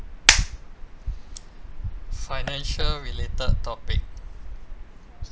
financial related topic